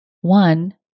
One